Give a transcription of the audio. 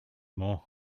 more